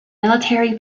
military